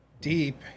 deep